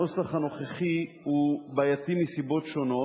הנוסח הנוכחי הוא בעייתי מסיבות שונות,